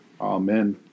Amen